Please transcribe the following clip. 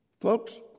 Folks